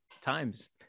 times